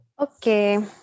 Okay